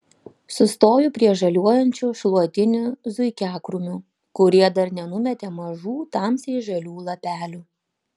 sustoju prie žaliuojančių šluotinių zuikiakrūmių kurie dar nenumetė mažų tamsiai žalių lapelių